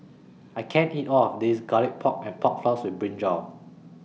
I can't eat All of This Garlic Pork and Pork Floss with Brinjal